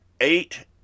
eight